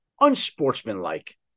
Unsportsmanlike